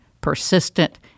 persistent